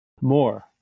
more